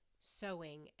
sewing